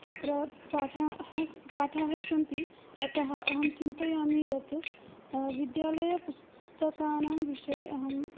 तत्र पाठाः पाठाः सन्ति अतः अहं चिन्तयामि यत् विद्यालयपुस्तकानां विषये अहम्